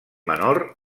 menor